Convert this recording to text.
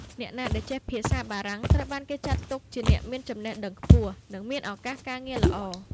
អ្នកណាដែលចេះភាសាបារាំងត្រូវបានគេចាត់ទុកជាអ្នកមានចំណេះដឹងខ្ពស់ និងមានឱកាសការងារល្អ។